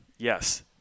Yes